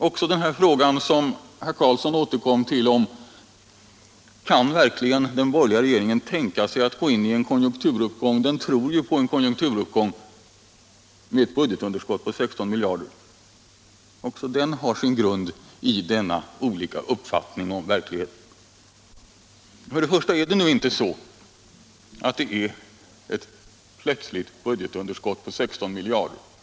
Också den fråga som herr Carlsson återkom till, nämligen om den borgerliga regeringen verkligen kan tänka sig att gå in i en konjunkturuppgång — den tror ju på en konjunkturuppgång - med ett budgetunderrskott på 16 miljarder kronor, har sin grund i de skilda uppfattningarna om verkligheten. Först och främst är det inte fråga om ett plötsligt budgetunderskott på 16 miljarder kronor.